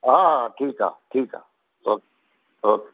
हा हा ठीकु आहे ठीकु आहे ओके ओके